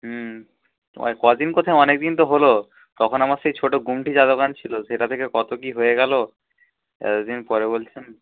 হুম ওই কদিন কোথায় অনেক দিন তো হলো তখন আমার সেই ছোটো গুমটি চা দোকান ছিলো সেটা থেকে কতো কি হয়ে গেলো এতো দিন পরে বলছেন